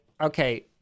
okay